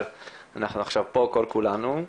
אבל אנחנו עכשיו פה כל כולנו.